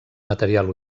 material